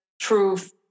truth